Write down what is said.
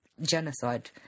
genocide